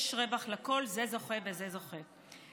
יש רווח לכול, זה זוכה וזה זוכה.